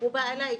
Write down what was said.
הוא בא אליי: